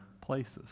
places